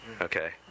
Okay